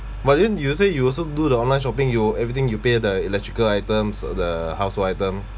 but then you say you also do the online shopping you everything you pay the electrical items the household item